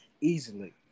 easily